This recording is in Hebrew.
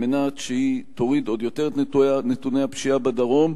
על מנת שהיא תוריד עוד יותר את נתוני הפשיעה בדרום